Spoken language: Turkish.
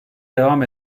devam